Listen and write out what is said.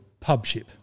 pubship